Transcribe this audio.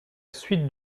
suite